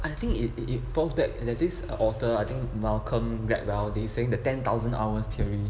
I think it it it falls back and there's this author I think malcolm gladwell they saying the ten thousand hours theory